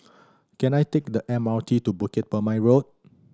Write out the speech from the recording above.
can I take the M R T to Bukit Purmei Road